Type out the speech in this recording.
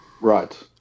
right